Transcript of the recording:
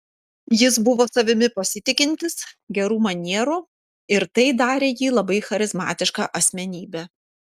jis buvo savimi pasitikintis gerų manierų ir tai darė jį labai charizmatiška asmenybe